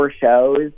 shows